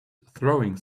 throwing